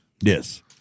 Yes